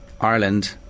Ireland